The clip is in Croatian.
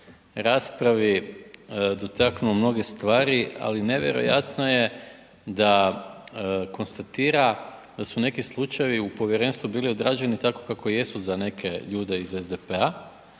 raspravi dotaknuo mnoge stvari, ali nevjerojatno je da konstatira da su neki slučajevi u povjerenstvu bili odrađeni tako kako jesu za neke ljude iz SDP-a